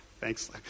Thanks